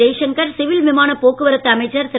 Jai Shankar civil விமானப் போக்குவரத்து அமைச்சர் திரு